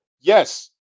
yes